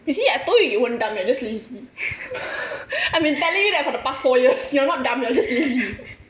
you see I told you you weren't dumb you're just lazy I've been telling you that for the past four years you're not dumb you're just lazy